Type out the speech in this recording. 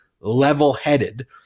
level-headed